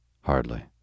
Hardly